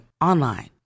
online